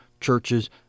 churches